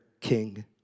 king